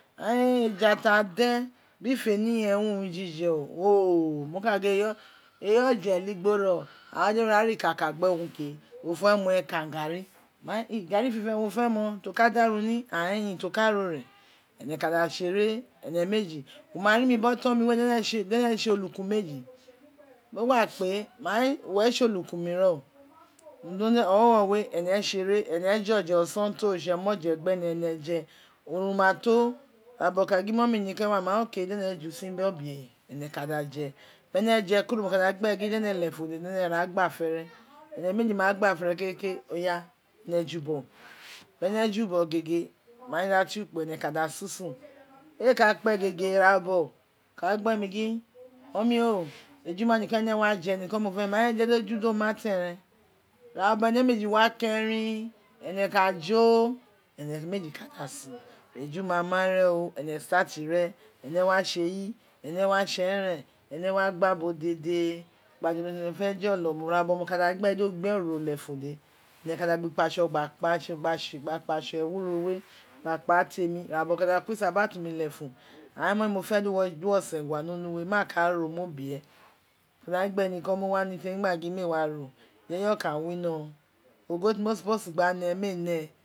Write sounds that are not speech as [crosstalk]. Ain eja ta den biri feni gen wu wun jije o mo ka gin o eyi oje eligbo ren oka gin deri a ra ikaka gbe wun ke won fe mon ekam gari man e garri fiften wo fe mo to ka da arun ni ain in to ka ro ren ene ka da tse ere [noise] ene meji wo ma ri mi biri oton mi we dene tre olukun meji [noise] mo gba kpe mai uwo re tse olukun mi ren o [noise] nonuwe [hesitation] no onwo we ewe tsere ene je oje oson ti oritse nu oje gbene ene je onun. a to ira bobo [noise] o ka da gin mummy ni ene wa mo ka da gin okay dene je win biri obe ofen ene ka da je [noise] bene je kuro moka da gin dene lofun oda gba ra gba afere ene meji ma gba afere kekere [unintelligible] ene ka jubogho bere tubo gho gege main [noise] ma te ukpo ene kada susu eii ka kpe gege ira bobo o ka da gin mummy o ejuma niko ene wa je niko mo fe [hesitation] mai je di eji do ma teren iva bobo ene meji wa kerin one ka jo ene meji ka sun eju ma ma ren o ene dtati ren ene wa tse eyi ene wa tse enen ene wa gba bo dede gba jolo ubo tene fe folo ira bobo mo ka da gin gbe gin do gbe erun ro lefun ode ene ka da gba ukpatso gba kpa [unintelligible] gba kpa temi irabobo o ka da kuro isabatu mi lefun ain mummy mo fe di wo sengha ni onwu maa ka ro mo bie mai gigbe gi niko ari temi ee wa gba ka ro ireje oka wino ogho ti mo surpose gba re mee ka ne